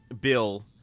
Bill